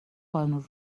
قانون